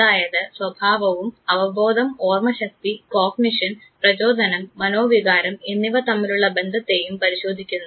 അതായത് സ്വഭാവവും അവബോധം ഓർമശക്തി കോഗ്നിഷൻ പ്രചോദനം മനോവികാരം എന്നിവ തമ്മിലുള്ള ബന്ധത്തെയും പരിശോധിക്കുന്നു